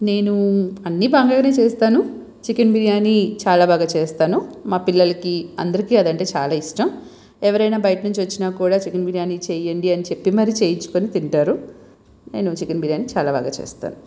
నేను అన్నీ బాగానే చేస్తాను చికెన్ బిరియాని చాలా బాగా చేస్తాను మా పిల్లలకి అందరికీ అదంటే చాలా ఇష్టం ఎవరైనా బయట నుంచి వచ్చిన కూడా చికెన్ బిరియాని చెయ్యండి అని చెప్పి మరి చేయించుకొని తింటారు నేను చికెన్ బిరియాని చాలా బాగా చేస్తాను